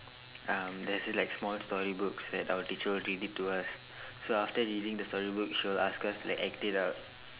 um there is this like small story books that our teacher will read it to us so after reading the story book she will ask us like act it out